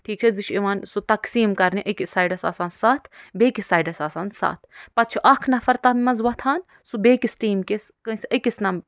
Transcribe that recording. ٹھیٖک چھِ حظ یہ چھُ یِوان سُہ تقسیٖم کرنہِ أکِس سایڈس آسان سَتھ بیٚکِس سایڈس آسان سَتھ پتہٕ چھُ اکھ نفر تتھ منٛز وۄتھان سُہ بیٚکِس ٹیٖمکِس کٲنسہِ أکِس نم